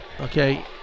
Okay